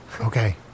Okay